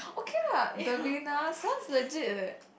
okay what Devina sounds legit leh